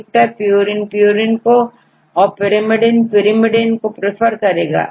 अधिकतरpurine purine को औरpyrimidinepyrimidine को प्रेफर करेंगे